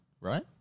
Right